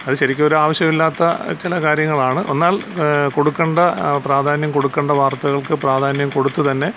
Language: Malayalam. അത് ശരിക്കും ഒരു ആവശ്യമിലാത്ത ചില കാര്യങ്ങളാണ് എന്നാൽ കൊടുക്കണ്ട പ്രാധാന്യം കൊടുക്കണ്ട വാർത്തകൾക്കു പ്രാധാന്യം കൊടുത്തു തന്നെ